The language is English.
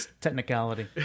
technicality